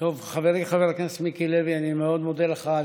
חברי חבר הכנסת מיקי לוי, אני מאוד מודה לך על